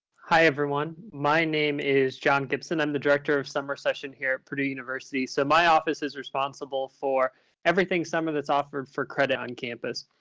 hi, everyone. my name is john gipson. i'm the director of summer session here at purdue university. so my office is responsible for everything summer that's offered for credit on campus.